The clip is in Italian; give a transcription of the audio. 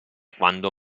quando